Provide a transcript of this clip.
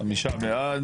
חמישה בעד